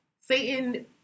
Satan